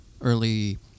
early